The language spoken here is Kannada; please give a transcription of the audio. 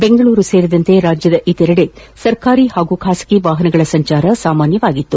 ಬೆಂಗಳೂರು ಸೇರಿದಂತೆ ರಾಜ್ಯದ ಇತರೆದೆ ಸರ್ಕಾರಿ ಹಾಗೂ ಖಾಸಗಿ ವಾಹನಗಳ ಸಂಚಾರ ಸಾಮಾನ್ಯವಾಗಿತ್ತು